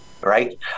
right